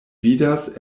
vidas